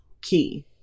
key